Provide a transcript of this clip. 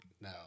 No